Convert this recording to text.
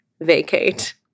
vacate